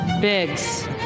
Biggs